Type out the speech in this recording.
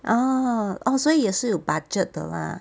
orh orh 所以也是有 budget 的 lah